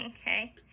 okay